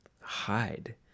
hide